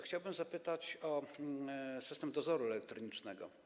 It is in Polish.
Chciałbym zapytać o system dozoru elektronicznego.